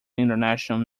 international